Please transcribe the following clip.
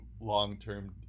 long-term